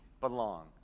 belong